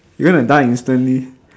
you're gonna die instantly